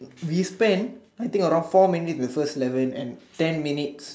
we spent I think around four minutes the first eleven and ten minutes